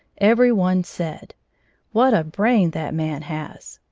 every one said what a brain that man has!